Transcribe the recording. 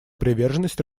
приверженность